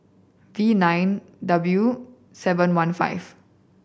V nine W seven one five